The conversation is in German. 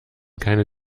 keine